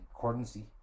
currency